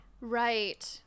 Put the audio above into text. Right